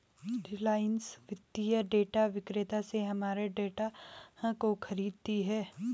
रिलायंस वित्तीय डेटा विक्रेता से हमारे डाटा को खरीदती है